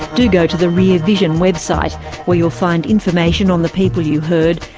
do go to the rear vision website where you'll find information on the people you heard,